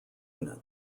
unit